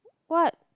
what